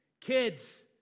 Kids